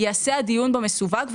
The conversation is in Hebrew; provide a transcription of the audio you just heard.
ייעשה הדיון במסווג,